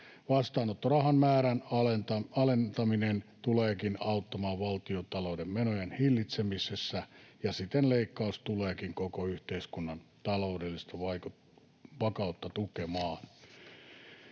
Vastaanottorahan määrän alentaminen tuleekin auttamaan valtiontalouden menojen hillitsemisessä, ja siten leikkaus tuleekin koko yhteiskunnan taloudellista vakautta tukemaan.